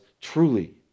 truly